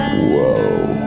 whoa!